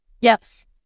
Yes